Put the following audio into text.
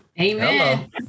Amen